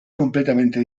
completamente